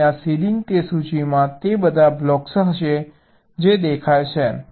તેથી તે સીલિંગ તે સૂચિમાં તે બધા બ્લોક્સ હશે જે દેખાય છે